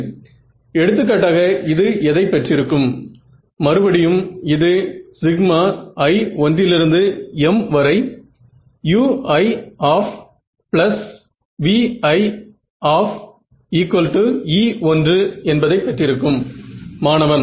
எனவே பொதுவாக நீங்கள் எப்படி மிகவும் துல்லியமான முடிவுகளை உங்களுடைய MoM இல் பெறுவீர்கள்